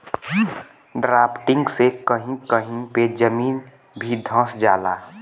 drafting से कही कही पे जमीन भी धंस जाला